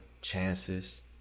Chances